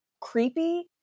creepy